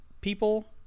people